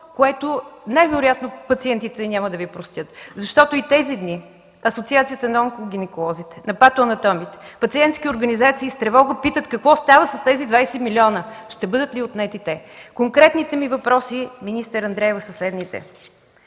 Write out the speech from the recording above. което най-вероятно пациентите няма да Ви простят. Защото и тези дни Асоциацията на онкогинеколозите, на патоанатомите, пациентските организации с тревога питат какво става с тези 20 милиона, ще бъдат ли отнети те? Конкретните ми въпроси, министър Андреева, са следните: